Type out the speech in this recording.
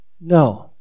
No